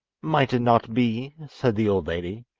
might it not be said the old lady,